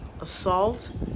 assault